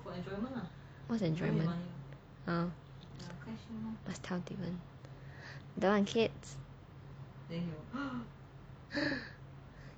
what's enjoyment oh must tell damian don't want kids